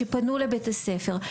שפנו לבית הספר,